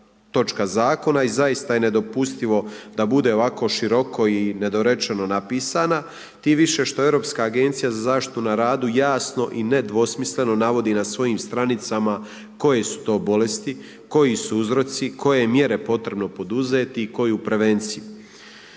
točka zakona i zaista je nedopustivo da bude ovako široko i nedorečeno napisana, tim više što je Europska agencija za zaštitu na radu jasno i nedvosmisleno navodi na svojim stranicama koje su to bolesti, koji su uzroci, koje mjere je potrebno poduzeti i koju prevenciju.